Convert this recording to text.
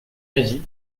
avis